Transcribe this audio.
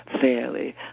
fairly